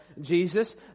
Jesus